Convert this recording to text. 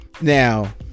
Now